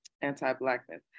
anti-blackness